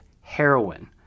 heroin